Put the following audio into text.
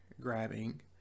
grabbing